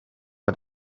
add